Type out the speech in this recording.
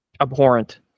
Abhorrent